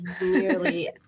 nearly